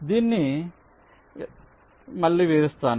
దీన్ని మళ్ళీ వివరిస్తాను